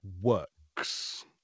works